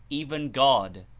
even god,